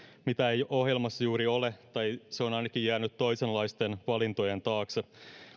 mitä ei ohjelmassa juuri ole tai se on ainakin jäänyt toisenlaisten valintojen taakse